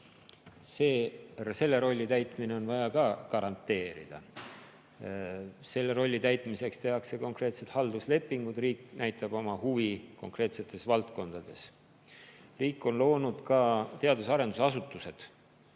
– selle rolli täitmine on vaja ka garanteerida. Selle rolli täitmiseks tehakse konkreetsed halduslepingud, riik näitab oma huvi konkreetsetes valdkondades. Riik on loonud ka teadus-arendusasutused,